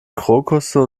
krokusse